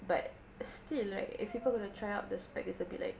but still right if people are going to try out the specs it's a bit like